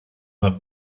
not